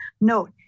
Note